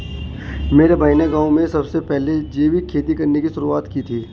मेरे भाई ने गांव में सबसे पहले जैविक खेती करने की शुरुआत की थी